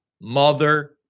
mother